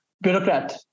bureaucrat